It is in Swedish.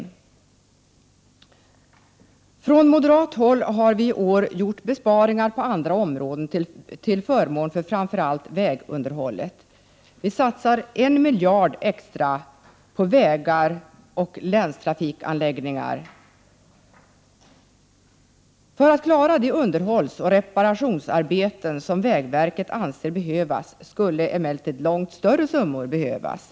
Vi har från moderat håll i år föreslagit besparingar på andra områden till förmån för framför allt vägunderhållet. Vi vill satsa 1 miljard extra på vägar och länstrafikanläggningar. För att klara de underhållsoch reparationsarbeten som vägverket anser nödvändiga skulle emellertid långt större summor behövas.